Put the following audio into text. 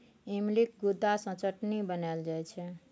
इमलीक गुद्दा सँ चटनी बनाएल जाइ छै